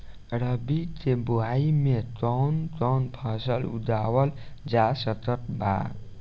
रबी के बोआई मे कौन कौन फसल उगावल जा सकत बा?